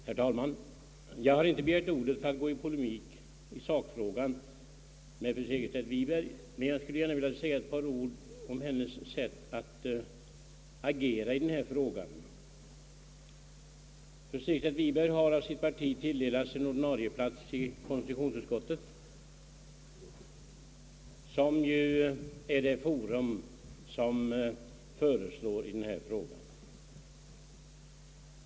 Herr talman! Jag har inte begärt ordet för att gå i polemik i sakfrågan med fru Segerstedt Wiberg, men jag skulle gärna vilja säga ett par ord om hennes sätt att agera i denna fråga. Fru Segerstedt Wiberg har av sitt parti tilldelats en ordinarie plats i konstitutionsutskottet, som ju är det forum som föreslår i denna fråga.